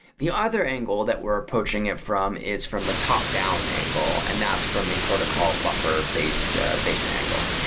the other angle that we're approaching it from is from the top down angle, and that's from the protocol buffer based ah based angle.